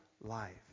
life